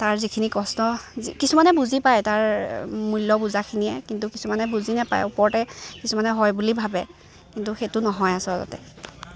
তাৰ যিখিনি কষ্ট কিছুমানে বুজি পায় তাৰ মূল্য বুজাখিনিয়ে কিন্তু কিছুমানে বুজি নাপায় ওপৰতে কিছুমানে হয় বুলি ভাবে কিন্তু সেইটো নহয় আচলতে